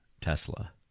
tesla